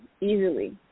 easily